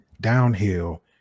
downhill